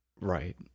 Right